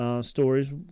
Stories